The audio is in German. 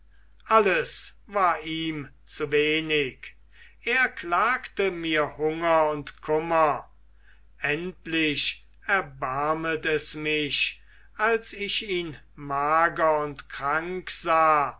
alles war ihm zu wenig er klagte mir hunger und kummer endlich erbarmet es mich als ich ihn mager und krank sah